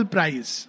Prize